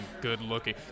good-looking